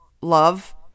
love